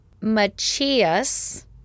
Machias